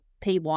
PY